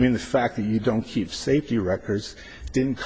i mean the fact that you don't keep safety records didn't